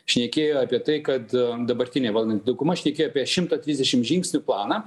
šnekėjo apie tai kad dabartinė valdanti dauguma šnekėjo apie šimto trisdešim žingsnių planą